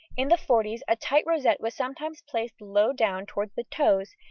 in the forties a tight rosette was sometimes placed low down towards the toes,